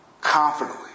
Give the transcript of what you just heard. Confidently